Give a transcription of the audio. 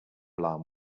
alarm